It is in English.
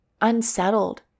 unsettled